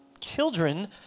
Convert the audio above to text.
Children